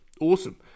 awesome